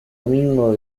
domingo